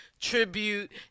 tribute